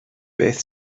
beth